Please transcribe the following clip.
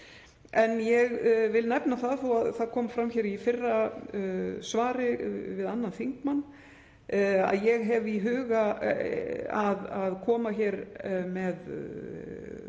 Ég vil nefna, og það kom fram í fyrra svari við annan þingmann, að ég hef í huga að koma hér með